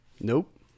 Nope